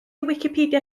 wicipedia